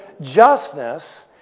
justness